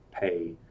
pay